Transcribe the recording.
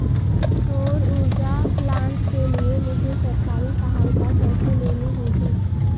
सौर ऊर्जा प्लांट के लिए मुझे सरकारी सहायता कैसे लेनी होगी?